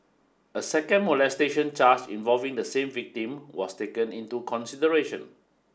a second molestation charge involving the same victim was taken into consideration